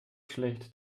schlecht